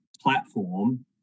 platform